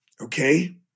okay